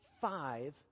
five